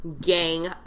gang